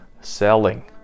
selling